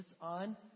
on